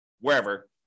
wherever